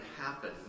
happen